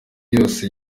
yose